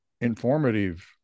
informative